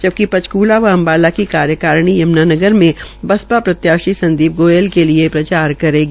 जबकि पंचक्ला अम्बाला की कार्यकारिणी यम्नानगर में बसपा प्रत्याशी संदीप गोयल के लिए प्रचार करेगी